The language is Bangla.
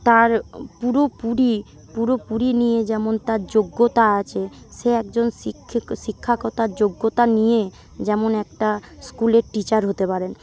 তার পুরোপুরি পুরোপুরি নিয়ে যেমন তার যোগ্যতা আছে সে একজন শিক্ষাকতার যোগ্যতা নিয়ে যেমন একটা স্কুলের টিচার হতে পারেন